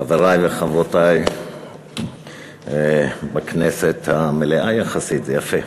חברי וחברותי בכנסת המלאה יחסית, זה יפה.